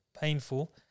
painful